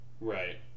right